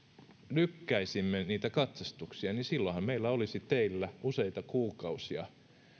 lykkäisimme niitä katsastuksia niin silloinhan meillä olisi teillä useita kuukausia